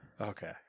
okay